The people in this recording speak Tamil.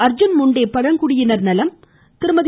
அர்ஜுன் முண்டே பழங்குடியினர் நலம் திருமதி